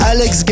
Alex